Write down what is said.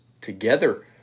together